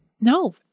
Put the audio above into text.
No